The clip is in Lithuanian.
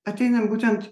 ateinant būtent